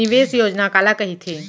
निवेश योजना काला कहिथे?